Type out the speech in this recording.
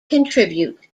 contribute